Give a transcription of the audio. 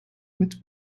mit